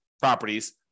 properties